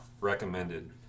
Recommended